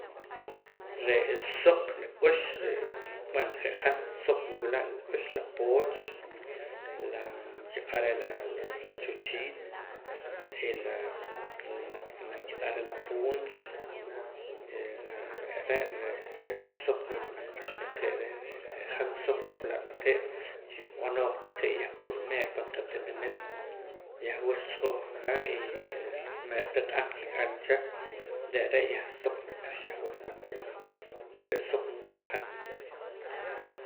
Re'e soq nak'ux re' buen je' han je' han suq nwila' nik'ux la pooch la nkiq'ar reh laa la chuchito la winaq nankiq'ar reh la puuch re' re' la re' soq nak'ux taqee' reh re' ree' re' han soq nwila' taqee' yahwur meer pan qatinimit yahwur xtz'uhka y mare'ta q'aq kik'am cha re' re' yah soiq nak'ux yahwur pan pan re' re' soq nwila' han